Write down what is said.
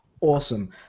awesome